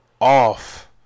off